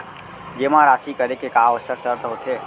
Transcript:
जेमा राशि करे के का आवश्यक शर्त होथे?